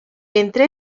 entre